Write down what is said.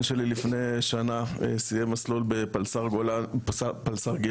שלי לפני שנה סיים מסלול בפלס"ר גבעתי.